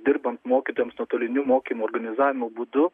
dirbant mokytojams nuotoliniu mokymo organizavimo būdu